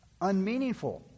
unmeaningful